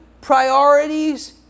priorities